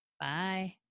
Bye